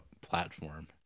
platform